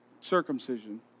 circumcision